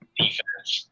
defense